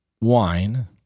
wine